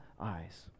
eyes